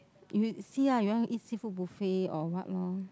if you see lah you want eat seafood buffet or what loh